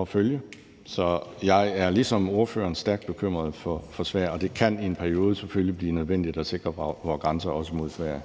at følge. Så jeg er ligesom hr. Lars Boje Mathiesen stærkt bekymret for Sverige, og det kan i en periode selvfølgelig blive nødvendigt at sikre vores grænser mod også Sverige.